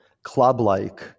club-like